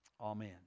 Amen